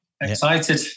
Excited